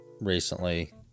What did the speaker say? recently